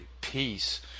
peace